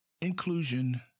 inclusion